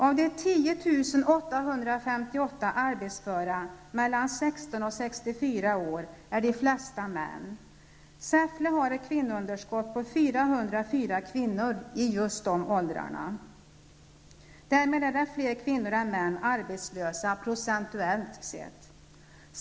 Av de 10 858 arbetsföra mellan 16 och 64 år de flesta män. Säffle har ett kvinnounderskott på 404 kvinnor i just de åldrarna. Därmed är fler kvinnor än män arbetslösa procentuellt sett.